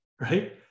right